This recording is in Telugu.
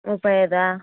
ముప్పై ఐదా